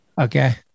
Okay